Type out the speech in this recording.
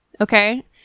Okay